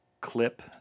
clip